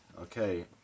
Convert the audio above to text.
okay